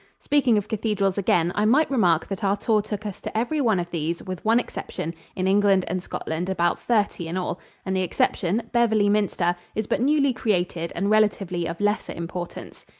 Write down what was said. speaking of cathedrals again, i might remark that our tour took us to every one of these, with one exception in england and scotland, about thirty in all and the exception, beverly minster, is but newly created and relatively of lesser importance.